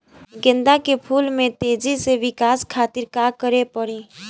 गेंदा के फूल में तेजी से विकास खातिर का करे के पड़ी?